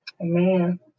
Amen